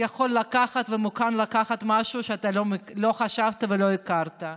יכול לקחת ומוכן לקחת משהו שאתה לא חשבת ולא הכרת.